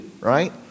right